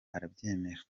arabyemera